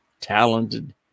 talented